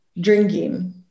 drinking